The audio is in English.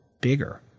bigger